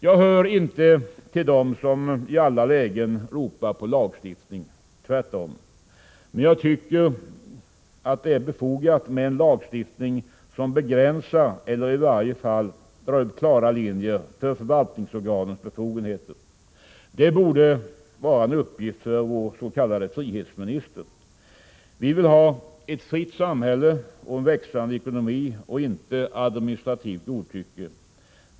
Jag hör inte till dem som i alla lägen ropar på lagstiftning, tvärtom. Men jag tycker att det är befogat med en lagstiftning som begränsar eller i varje fall drar upp klara linjer för förvaltningsorganens befogenheter. Det borde vara en uppgift för vår s.k. frihetsminister. Vi vill ha ett fritt samhälle och en växande ekonomi, inte administrativt godtycke.